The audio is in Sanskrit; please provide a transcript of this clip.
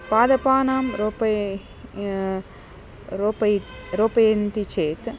पादपानां रोपणे रोपयितुं रोपयन्ति चेत्